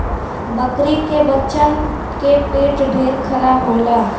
बकरी के बच्चन के पेट ढेर खराब होला